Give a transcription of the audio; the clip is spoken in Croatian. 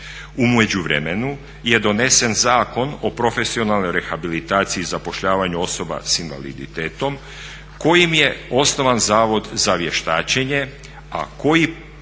U međuvremenu je donesen Zakon o profesionalnoj rehabilitaciji i zapošljavanju osoba s invaliditetom kojim je osnovan Zavod za vještačenje a koji